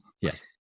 Yes